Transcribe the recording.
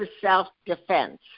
self-defense